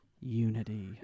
unity